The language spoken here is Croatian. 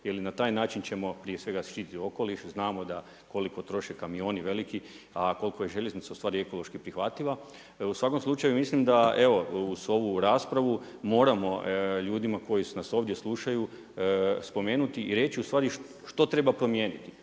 jel i na taj način ćemo prije svega štititi okoliš. Znamo koliko troše veliki kamioni, a koliko je željeznica ekološki prihvatljiva. U svakom slučaju mislim da uz ovu raspravu moramo ljudima koji nas ovdje slušaju spomenuti i reći što treba promijeniti.